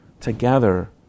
together